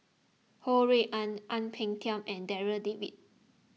Ho Rui An Ang Peng Tiam and Darryl David